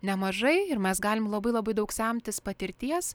nemažai ir mes galim labai labai daug semtis patirties